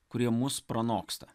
kurie mus pranoksta